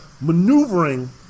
maneuvering